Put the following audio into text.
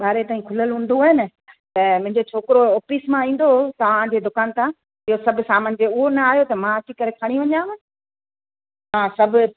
ॿारहें ताईं खुलियलु हूंदो आहे न त मुंहिंजो छोकिरो ओफीस मां ईंदो तव्हां जे दुकान तां इहो सभु सामान जे उहो न आयो त मां अची करे खणी वञियांव सभु